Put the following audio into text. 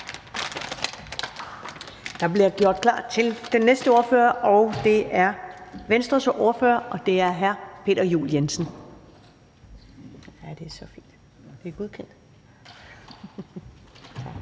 Der bliver gjort klar til den næste ordfører, og det er Venstres ordfører. Det er hr. Peter Juel-Jensen. Kl. 20:03 (Ordfører) Peter Juel-Jensen